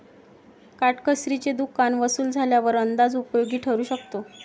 काटकसरीचे दुकान वसूल झाल्यावर अंदाज उपयोगी ठरू शकतो